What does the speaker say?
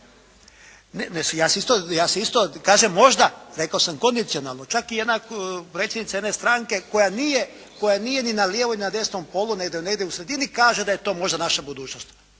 Ja se isto, kažem možda, rekao sam kondicionalno, čak i jedna predsjednica jedne stranke koja nije ni na lijevom ni na desnom polu, nego negdje u sredini kaže da je to možda naša budućnost.